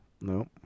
No